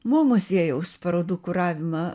mo muziejaus parodų kuravimą